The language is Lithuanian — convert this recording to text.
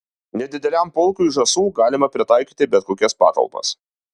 nedideliam pulkui žąsų galima pritaikyti bet kokias patalpas